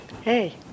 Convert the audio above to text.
Hey